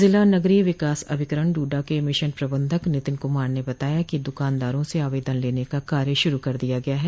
जिला नगरीय विकास अभिकरण डूडा के मिशन प्रबंधक नितिन कुमार ने बताया कि दुकानदारों से आवेदन लेने का कार्य शुरू कर दिया गया है